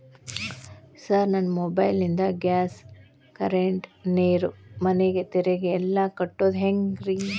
Sir ನನ್ನ mobile ನಿಂದ gas, current, ನೇರು, ಮನೆ ತೆರಿಗೆ ಎಲ್ಲಾ ಕಟ್ಟೋದು ಹೆಂಗ್ರಿ?